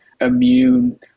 immune